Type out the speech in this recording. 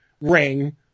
ring